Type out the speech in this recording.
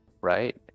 Right